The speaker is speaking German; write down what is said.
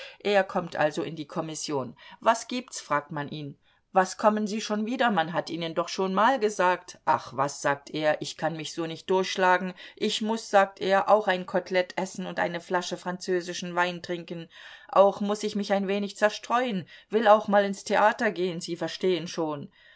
er kommt also in die kommission was gibt's fragt man ihn was kommen sie schon wieder man hat ihnen doch schon mal gesagt ach was sagt er ich kann mich so nicht durchschlagen ich muß sagt er auch ein kotelett essen und eine flasche französischen wein trinken auch muß ich mich ein wenig zerstreuen will auch mal ins theater gehen sie verstehen schon